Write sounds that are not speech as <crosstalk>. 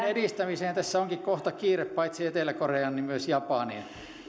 <unintelligible> edistämiseen tässä onkin kohta kiire paitsi etelä koreaan myös japaniin